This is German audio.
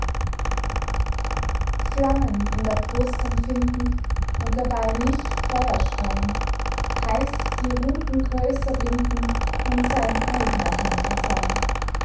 flammen in der brust empfinden und dabei nicht feuer schrein heißt die ruten größer binden und sein eigner henker sein